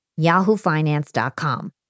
yahoofinance.com